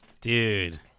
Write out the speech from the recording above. Dude